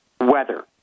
weather